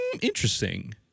interesting